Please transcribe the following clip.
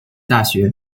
大学